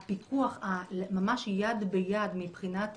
יד ביד מבחינת,